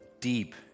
deep